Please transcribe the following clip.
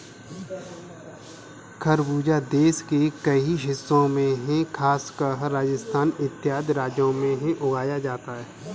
खरबूजा देश के कई हिस्सों में खासकर राजस्थान इत्यादि राज्यों में उगाया जाता है